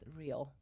real